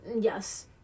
Yes